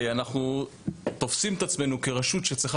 אנחנו תופסים את עצמנו כרשות שצריכה